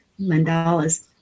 mandalas